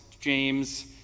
James